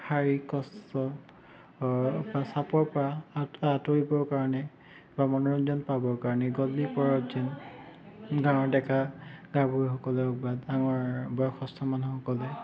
শাৰীৰিক কষ্ট বা চাপৰ পৰা আঁতৰিবৰ কাৰণে বা মনোৰঞ্জন পাবৰ কাৰণে গধূলিপৰত যোন গাঁৱৰ ডেকা গাভৰুসকলেও বা ডাঙৰ বয়সস্থ মানুহসকলে